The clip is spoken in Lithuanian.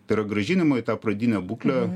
tai yra grąžinimo į tą pradinę būklę